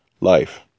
life